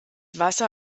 wasser